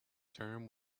term